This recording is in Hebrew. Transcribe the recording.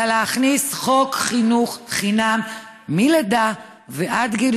אלא להכניס חוק חינוך חינם מלידה ועד גיל